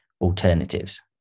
alternatives